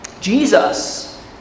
Jesus